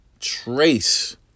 trace